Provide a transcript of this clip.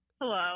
Hello